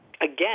again